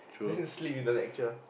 then you sleep in the lecture